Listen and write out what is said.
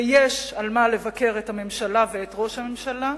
ויש על מה לבקר את הממשלה ואת ראש הממשלה,